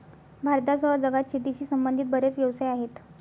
भारतासह जगात शेतीशी संबंधित बरेच व्यवसाय आहेत